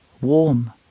Warm